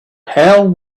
how